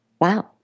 wow